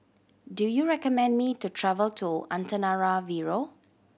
do you recommend me to travel to Antananarivo